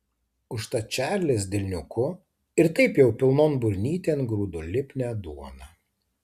užtat čarlis delniuku ir taip jau pilnon burnytėn grūdo lipnią duoną